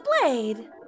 blade